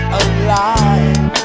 alive